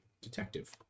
detective